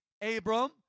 Abram